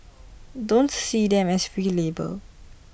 don't see them as free labour